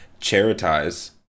charitize